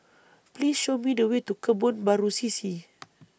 Please Show Me The Way to Kebun Baru C C